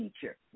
teacher